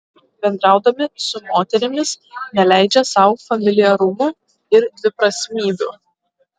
bendraudami su moterimis neleidžia sau familiarumų ir dviprasmybių